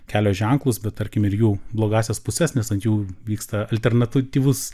kelio ženklus bet tarkim ir jų blogąsias puses nes ant jų vyksta alternatyvus